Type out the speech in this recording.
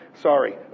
Sorry